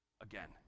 again